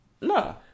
No